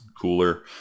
cooler